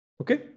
Okay